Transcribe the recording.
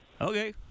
Okay